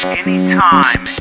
anytime